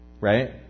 right